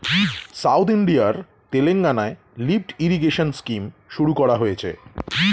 south ইন্ডিয়ার তেলেঙ্গানায় lift irrigation scheme শুরু করা হয়েছে